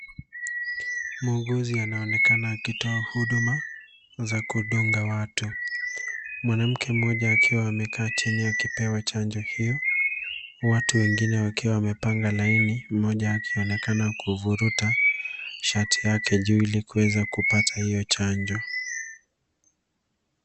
Muuguzi anaonekana akitoa huduma za kudunga watu. Mwanamke mmoja akiwa amekaa chini akipewa chanjo hio, watu wengine wakiwa wamepanga laini mmoja akionekana kuvuruta shati yake juu ili kuweza kupata hio chanjo.